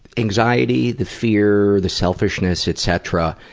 anxiety, the fear, the selfishness etc,